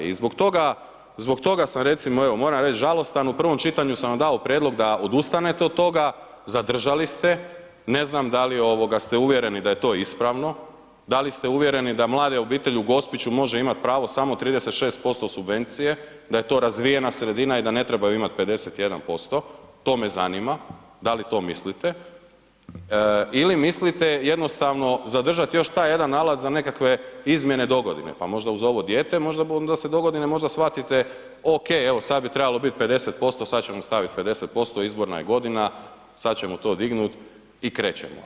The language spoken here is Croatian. I zbog toga sam recimo evo moram reći žalostan, u prvom čitanju sam vam dao prijedlog da odustanete od toga, zadržali ste, ne znam da li ste uvjereni da je to ispravno, da li ste uvjereni da mlade obitelji u Gospiću može imati pravo samo 36% subvencije, da je to razvijena sredina i da ne trebaju imati 51%, to me zanima, da li to mislite ili mislite jednostavno zadržati još taj jedan alat za nekakve izmjene dogodine pa možda uz ovo dijete možda onda dogodine shvatite OK, evo sada bi trebalo biti 50%, sad ćemo staviti 40%, izborna je godina, sada ćemo to dignuti i krećemo.